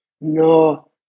No